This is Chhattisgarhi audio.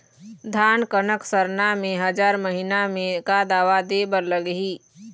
धान कनक सरना मे हजार महीना मे का दवा दे बर लगही?